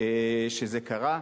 שזה קרה.